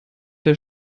der